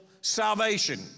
salvation